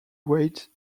weight